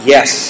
Yes